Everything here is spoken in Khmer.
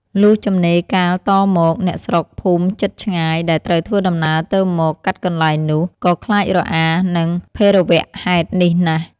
លុះចំណេរកាលតមក អ្នកស្រុក-ភូមិជិតឆ្ងាយ ដែលត្រូវធ្វើដំណើរទៅមកកាត់កន្លែងនោះ ក៏ខ្លាចរអានឹងភេរវៈហេតុនេះណាស់